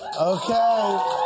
Okay